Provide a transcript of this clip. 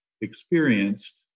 experienced